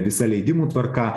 visa leidimų tvarka